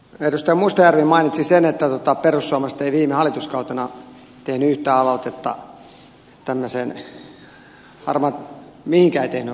edustaja mustajärvi mainitsi sen että perussuomalaiset eivät viime hallituskautena tehneet yhtään mihinkä eivät tehneet